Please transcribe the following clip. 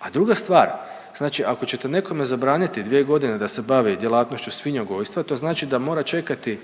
A druga stvar, znači ako ćete nekome zabraniti dvije godine da se bavi djelatnošću svinjogojstva, to znači da mora čekati